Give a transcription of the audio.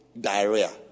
diarrhea